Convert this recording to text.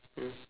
mm